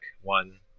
one